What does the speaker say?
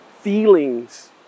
feelings